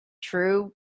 true